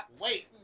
wait